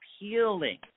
appealing